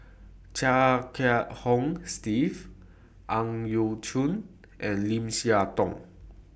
Chia Kiah Hong Steve Ang Yau Choon and Lim Siah Tong